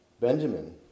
Benjamin